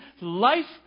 life